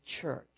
church